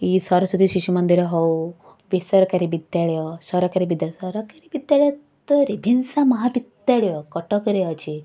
କି ସରସ୍ଵତୀ ଶିଶୁମନ୍ଦିର ହଉ ବେସରକାରୀ ବିଦ୍ୟାଳୟ ସରକାରୀ ବିଦ୍ୟାଳୟ ସରକାରୀ ବିଦ୍ୟାଳୟ ତ ରେଭେନ୍ସା ମହାବିଦ୍ୟାଳୟ କଟକରେ ଅଛି